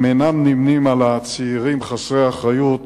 הם אינם נמנים עם הצעירים חסרי האחריות